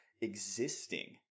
existing